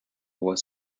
was